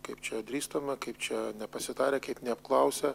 kaip čia drįstama kaip čia nepasitarę kaip neapklausė